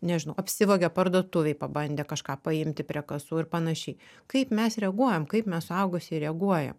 nežinau apsivogė parduotuvėj pabandė kažką paimti prie kasų ir panašiai kaip mes reaguojam kaip mes suaugusieji reaguojam